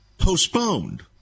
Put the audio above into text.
Postponed